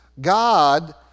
God